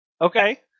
Okay